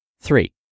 Three